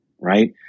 right